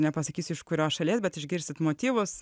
nepasakysiu iš kurios šalies bet išgirsit motyvus